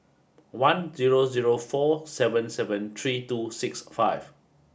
one zero zero four seven seven three two six five